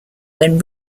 when